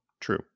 True